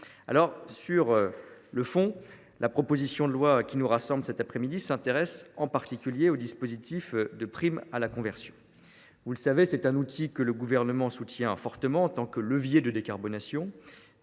Sur le fond, la proposition de loi qui nous rassemble cette après midi s’intéresse en particulier au dispositif de prime à la conversion. Vous le savez, c’est un outil que le Gouvernement soutient fortement, en tant que levier de décarbonation